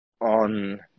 on